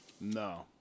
No